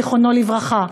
זיכרונו לברכה,